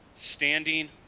standing